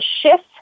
shift